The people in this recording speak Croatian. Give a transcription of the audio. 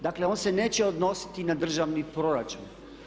Dakle on se neće odnositi na državni proračun.